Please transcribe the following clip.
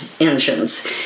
engines